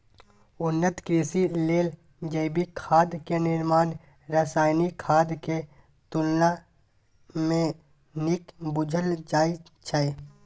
उन्नत कृषि लेल जैविक खाद के निर्माण रासायनिक खाद के तुलना में नीक बुझल जाइ छइ